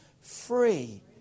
free